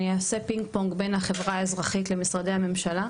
אני אעשה פינג פונג בין החברה האזרחית למשרדי הממשלה,